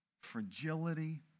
fragility